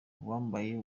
uwambaye